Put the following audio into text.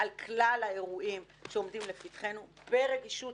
על כלל האירועים שעומדים לפתחנו ברגישות